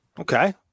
Okay